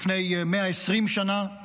לפני 120 שנה,